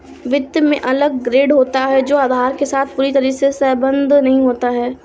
वित्त में अलग ग्रेड होता है जो आधार के साथ पूरी तरह से सहसंबद्ध नहीं होता है